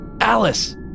Alice